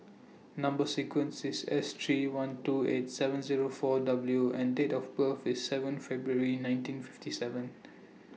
Number sequence IS S three one two eight seven Zero four W and Date of birth IS seven February nineteen fifty seven